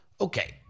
okay